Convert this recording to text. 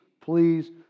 please